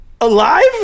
alive